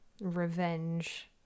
revenge